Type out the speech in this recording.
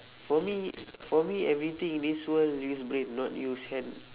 for me for me everything in this world use brain not use hand